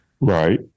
right